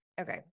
Okay